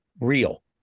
real